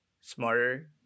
smarter